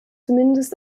zumindest